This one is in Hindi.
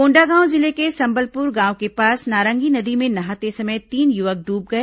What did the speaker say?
कोंडागांव जिले के संबलपुर गांव के पास नारंगी नदी में नहाते समय तीन युवक ड्ब गए